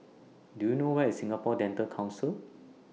Do YOU know Where IS Singapore Dental Council